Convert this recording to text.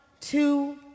two